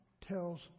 tells